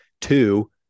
Two